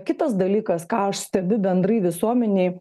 kitas dalykas ką aš stebiu bendrai visuomenėj